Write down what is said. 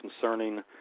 concerning